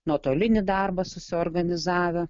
nuotolinį darbą susiorganizavę